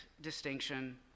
distinction